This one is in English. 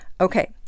Okay